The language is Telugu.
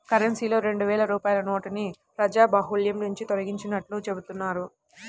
కరెన్సీలో రెండు వేల రూపాయల నోటుని ప్రజాబాహుల్యం నుంచి తొలగించినట్లు చెబుతున్నారు